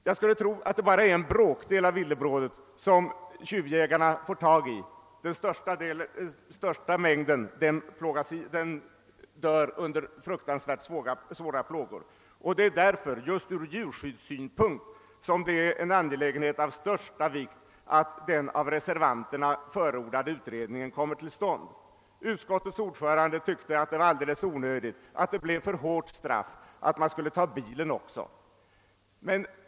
Jag skulle tro att det bara är en bråkdel av villebrådet som tjuvjägarna får tag i; den största delen dör under fruktansvärt svåra plågor. Därför är det just ur djurskyddssynpunkt en angelägenhet av största vikt att den av reservanterna förordade utredningen kommer till stånd. Utskottets ordförande tyckte att det var alldeles onödigt med en utredning och att det var ett alldeles för hårt straff att man skulle ta också bilen från tjuvjägarna.